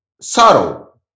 sorrow